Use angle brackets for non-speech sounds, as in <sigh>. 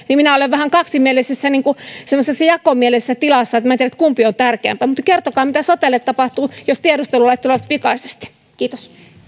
<unintelligible> niin minä olen vähän semmoisessa jakomielisessä tilassa minä en tiedä kumpi on tärkeämpää mutta kertokaa mitä sotelle tapahtuu jos tiedustelulait tulevat pikaisesti kiitos